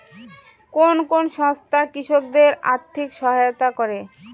কোন কোন সংস্থা কৃষকদের আর্থিক সহায়তা করে?